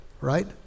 right